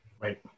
Right